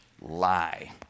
lie